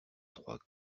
trois